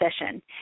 session